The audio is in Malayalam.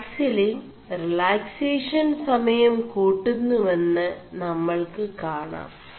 പാക്സിലിൻ റിലാക്േസഷൻ സമയം കൂƒgMുെവM് ന ൾ ് കാണാം